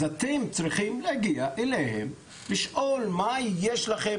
אתם צריכים להגיע אליהם ולשאול מה יש לכם,